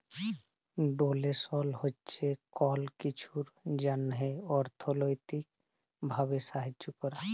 ডোলেসল হছে কল কিছুর জ্যনহে অথ্থলৈতিক ভাবে সাহায্য ক্যরা